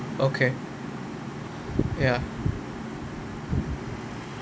okay ya